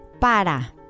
Para